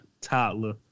toddler